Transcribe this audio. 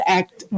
act